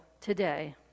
today